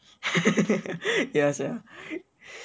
ya sia